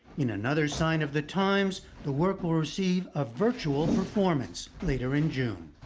you know another sign of the times, the work will receive a virtual performance later in june.